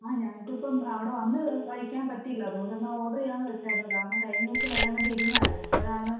ആ ഞങ്ങൾക്ക് ഇപ്പം അവിടെ വന്ന് കഴിക്കാൻ പറ്റിയില്ല അതുകൊണ്ട് എന്നാൽ ഓർഡറ് ചെയ്യാമെന്ന് വച്ചായിരുന്നു കാരണം കഴിഞ്ഞ ദിവസം വരാൻ വേണ്ടി ഇരുന്നായിരുന്നു അപ്പോഴാണ്